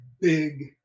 big